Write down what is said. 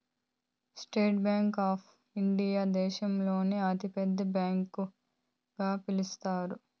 state Bank of India దేశంలోనే అతి పెద్ద బ్యాంకు గా పిలుత్తారు